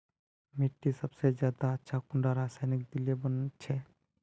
मिट्टी सबसे ज्यादा अच्छा कुंडा रासायनिक दिले बन छै?